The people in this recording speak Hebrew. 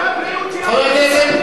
גם הבריאות שלנו חשובה.